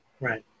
Right